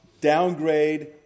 downgrade